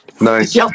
Nice